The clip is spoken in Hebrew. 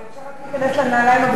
ואפשר רק להיכנס לנעליים הגדולות שלה.